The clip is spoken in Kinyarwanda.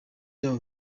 yabo